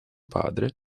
padre